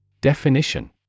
Definition